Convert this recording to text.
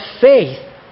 faith